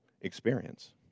experience